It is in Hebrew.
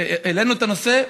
העלינו את הנושא,